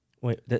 Wait